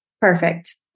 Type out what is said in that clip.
Perfect